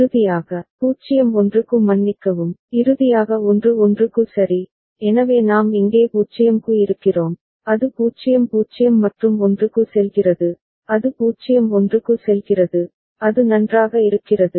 இறுதியாக 0 1 க்கு மன்னிக்கவும் இறுதியாக 1 1 க்கு சரி எனவே நாம் இங்கே 0 க்கு இருக்கிறோம் அது 0 0 மற்றும் 1 க்கு செல்கிறது அது 0 1 க்கு செல்கிறது அது நன்றாக இருக்கிறது